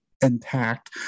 intact